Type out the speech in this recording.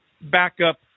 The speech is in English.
backup